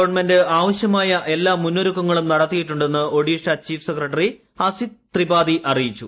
government ആവശ്യമായ എല്ല ാമുന്നൊരുക്കങ്ങളും നടത്തിയിട്ടുണ്ടെന്ന് ഒഡീഷാ ചീഫ് സെക്രട്ടറി അസിത്ത് ത്രിപാഠി അറിയിച്ചു